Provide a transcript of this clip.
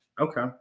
Okay